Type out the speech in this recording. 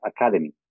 academy